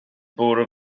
bwrw